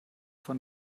von